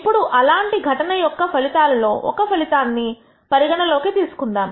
ఇప్పుడు ఇలాంటి ఘటన యొక్క ఫలితాల్లో ఒక ఫలితాన్ని పరిగణలోకి తీసుకుందాం